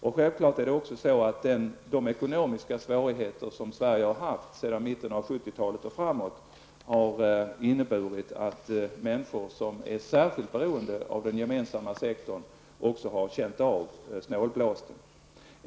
Självklart är det också så att de ekonomiska svårigheter som Sverige har haft sedan 1970-talet och framåt har inneburit att människor som är särskilt beroende av den gemensamma sektorn har känt av snålblåsten.